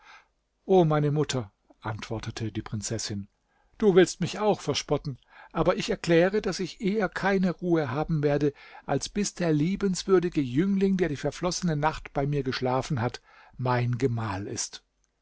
o meine mutter antwortete die prinzessin du willst mich auch verspotten aber ich erkläre daß ich eher keine ruhe haben werde als bis der liebenswürdige jüngling der die verflossene nacht bei mir geschlafen hat mein gemahl ist